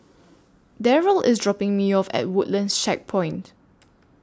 Darryll IS dropping Me off At Woodlands Checkpoint